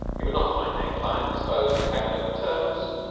he would not find their client disposed to haggle over terms,